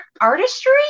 artistry